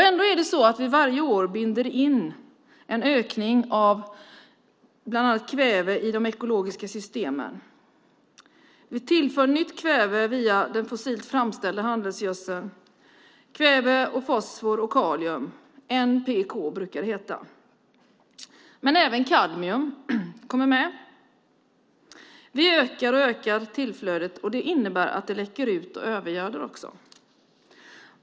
Ändå är det så att vi varje år binder in en ökning av bland annat kväve i de ekologiska systemen. Vi tillför nytt kväve via den fossilt framställda handelsgödseln som innehåller kväve, fosfor och kalium. NPK brukar det heta. Men även kadmium kommer med. Vi ökar och ökar tillflödet, och det innebär att det läcker ut och övergöder också.